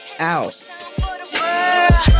out